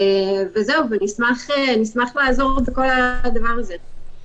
נשמח לעזור בכל הדבר הזה.